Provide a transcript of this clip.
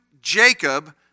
Jacob